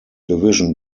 division